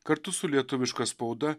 kartu su lietuviška spauda